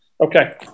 Okay